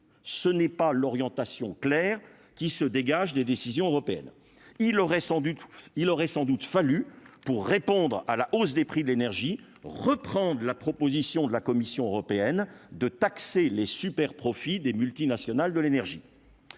ce n'est pas l'orientation claire qui se dégage des décisions européennes, il aurait sans du tout, il aurait sans doute fallu pour répondre à la hausse des prix de l'énergie, reprendre la proposition de la Commission européenne de taxer les superprofits des multinationales de l'énergie,